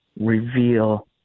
reveal